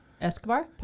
escobar